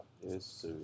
Yes